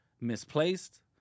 misplaced